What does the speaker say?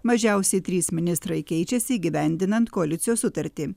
mažiausiai trys ministrai keičiasi įgyvendinant koalicijos sutartį